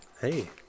Hey